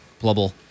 Blubble